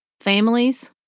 families